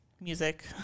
music